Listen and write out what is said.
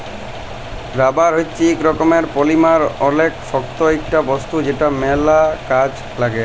rubber হচ্যে ইক রকমের পলিমার অলেক শক্ত ইকটা বস্তু যেটা ম্যাল কাজে লাগ্যে